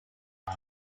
ann